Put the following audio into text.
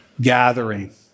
Gathering